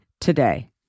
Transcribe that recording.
today